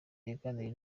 yaganiriye